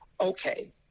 okay